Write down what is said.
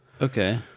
Okay